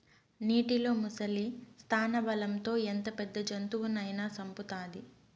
నీటిలో ముసలి స్థానబలం తో ఎంత పెద్ద జంతువునైనా సంపుతాది